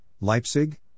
Leipzig